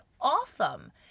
awesome